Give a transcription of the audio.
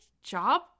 job